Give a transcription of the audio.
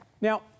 Now